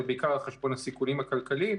אבל בעיקר על חשבון הסיכונים הכלכליים.